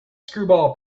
screwball